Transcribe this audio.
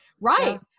right